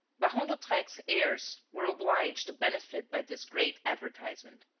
baron d'hautrec's heirs were obliged to benefit by this great advertisement.